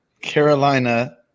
Carolina